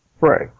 Right